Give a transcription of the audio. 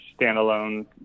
standalone